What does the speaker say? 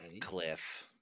Cliff